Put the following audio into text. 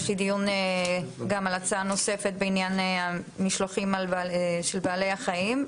יש לי דיון גם על הצעה נוספת בעניין משלוחים של בעלי החיים,